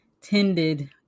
tended